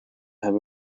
have